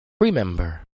remember